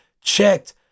checked